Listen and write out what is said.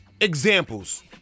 examples